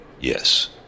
Yes